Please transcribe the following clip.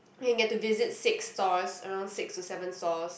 I can get to visit six stores around six to seven stores